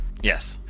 Yes